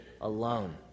alone